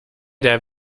der